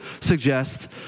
suggest